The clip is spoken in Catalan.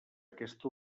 aquesta